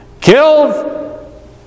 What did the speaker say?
killed